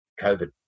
COVID